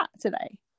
today